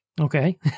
okay